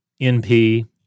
NP